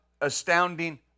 astounding